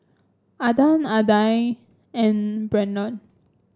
Adan Aidan and Brennon